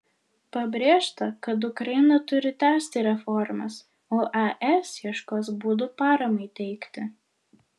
pabrėžta kad ukraina turi tęsti reformas o es ieškos būdų paramai teikti